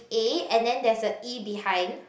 A and then there's a E behind